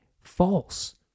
false